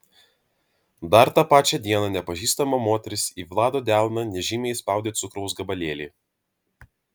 dar tą pačią dieną nepažįstama moteris į vlado delną nežymiai įspaudė cukraus gabalėlį